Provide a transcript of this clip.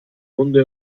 hunde